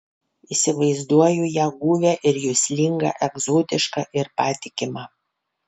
įsivaizduoju ją guvią ir juslingą egzotišką ir patikimą